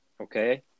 okay